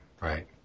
Right